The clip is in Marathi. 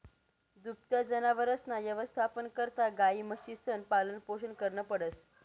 दुभत्या जनावरसना यवस्थापना करता गायी, म्हशीसनं पालनपोषण करनं पडस